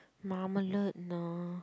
Marmalade no